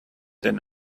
than